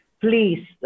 please